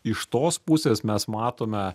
iš tos pusės mes matome